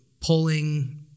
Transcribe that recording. pulling